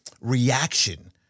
reaction